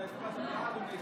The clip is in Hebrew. אתה הצבעת בעד או נגד?